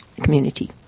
community